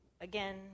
again